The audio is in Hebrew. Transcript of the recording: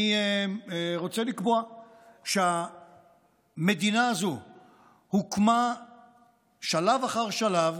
אני רוצה לקבוע שהמדינה הזו הוקמה שלב אחר שלב,